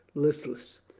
listless.